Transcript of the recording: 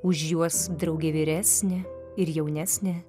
už juos draugė vyresnė ir jaunesnė